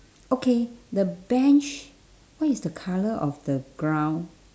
okay the bench what is the colour of the ground